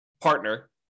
partner